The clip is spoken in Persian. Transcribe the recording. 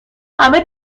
همه